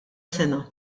sena